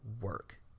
work